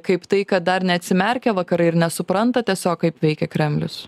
kaip tai kad dar neatsimerkia vakarai ir nesupranta tiesiog kaip veikia kremlius